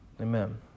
Amen